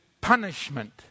punishment